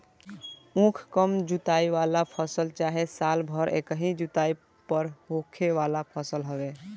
उख कम जुताई वाला फसल चाहे साल भर एकही जुताई पर होखे वाला फसल हवे